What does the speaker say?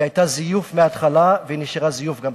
היא היתה זיוף מהתחלה והיא נשארה זיוף גם בסוף.